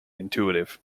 intuitive